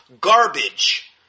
garbage